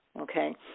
Okay